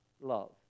love